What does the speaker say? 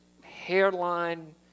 hairline